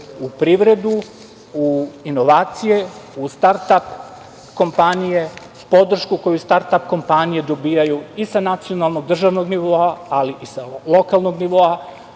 u privredu, u inovacije, u start-ap kompanije. Podršku koju start-ap kompanije dobijaju i sa nacionalnog državnog nivoa, ali i sa lokalnog nivoa,